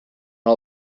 all